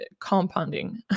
compounding